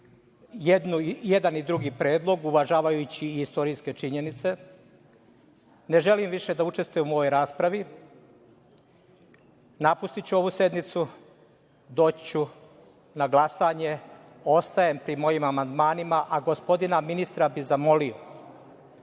jedan i drugi predlog, uvažavajući istorijske činjenice. Ne želim više da učestvujem u ovoj raspravi. Napustiću ovu sednicu. Doći ću na glasanje. Ostajem pri mojim amandmanima, a gospodina ministra bih zamolio